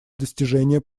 достижения